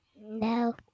No